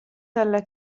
dalla